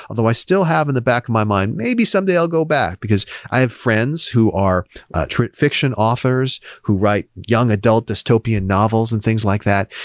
although i still have in the back my mind, maybe someday i'll go back, because i have friends who are fiction authors, who write young adult dystopian novels and things like that,